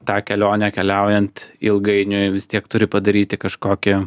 tą kelionę keliaujant ilgainiui vis tiek turi padaryti kažkokį